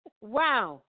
Wow